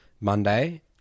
Monday